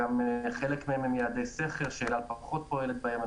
שחלק מהם הם יעדי סחר שאל על פחות פועלת בהם.